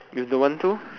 you don't want to